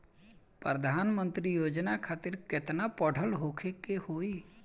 प्रधानमंत्री योजना खातिर केतना पढ़ल होखे के होई?